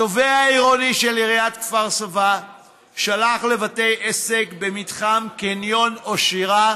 התובע העירוני של עיריית כפר סבא שלח לבתי עסק במתחם קניון אושירה,